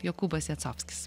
jokūbas jacovskis